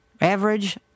average